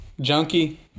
junkie